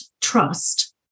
trust